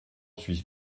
suis